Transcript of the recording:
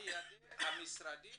על ידי המשרדים